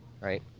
Right